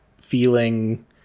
feeling